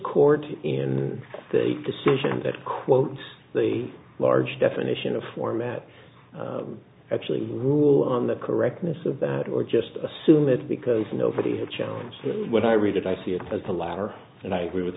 court in that decision that quote the large definition of format actually rule on the correctness of that or just assume that because nobody had challenge when i read it i see it as the latter and i agree with